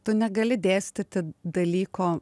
tu negali dėstyti dalyko